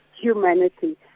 humanity